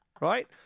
right